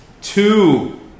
two